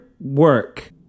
work